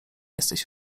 jesteś